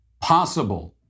possible